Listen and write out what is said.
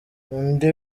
undi